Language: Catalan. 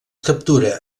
captura